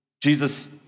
Jesus